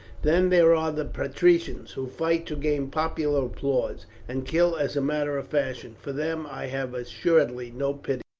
then there are the patricians, who fight to gain popular applause, and kill as a matter of fashion for them i have assuredly no pity.